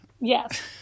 Yes